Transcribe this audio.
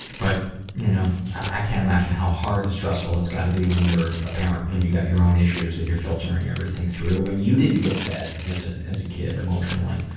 but you know, i can't imagine how hard and stressful it's gotta be when you're parent parent and you got your own issues that you're filtering everything through and you didn't get fed as ah as a kid emotionally.